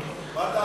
מה דעתך?